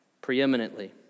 preeminently